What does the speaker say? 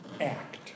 Act